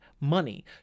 money